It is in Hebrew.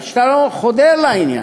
עד שאתה לא חודר לעניין.